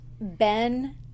Ben